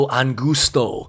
angusto